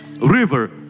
river